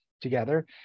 together